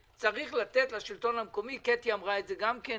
צריך לתת לשלטון המקומי קטי שטרית אמרה את זה גם כן.